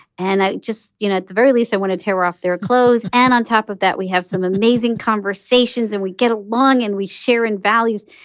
and i just you know, at the very least, i want to tear off their clothes. and on top of that, we have some amazing conversations and we get along and we share in values.